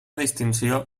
distinció